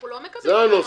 אנחנו לא מקבלים את הנוסח.